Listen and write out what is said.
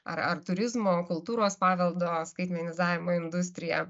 ar ar turizmo kultūros paveldo skaitmenizavimo industrija